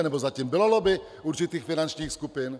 Anebo za tím byla lobby určitých finančních skupin?